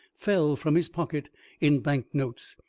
fell from his pocket in bank-notes,